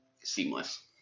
seamless